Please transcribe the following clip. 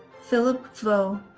philip vo.